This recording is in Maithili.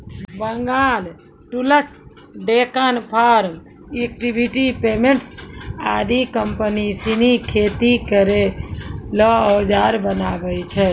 Bengal tools, Deccan farm equipments आदि कम्पनी सिनी खेती केरो औजार बनावै छै